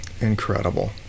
incredible